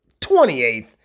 28th